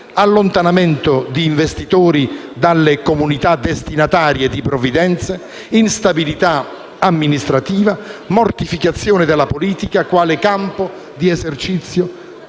allontanamento degli investitori dalle comunità destinatarie di providenze, instabilità amministrativa, mortificazione della politica quale campo di esercizio